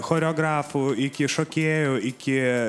choreografų iki šokėjų iki